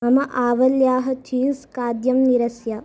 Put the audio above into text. मम आवल्याः चीस् खाद्यं निरस्य